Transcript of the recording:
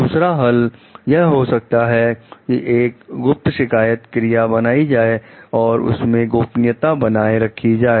दूसरा हल यह हो सकता है कि एक गुप्त शिकायत क्रिया बनाई जाए और उसमें गोपनीयता बनाए रखी जाए